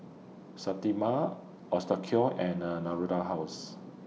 Sterimar Osteocare and Natura House